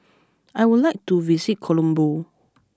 I would like to visit Colombo